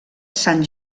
sant